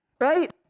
right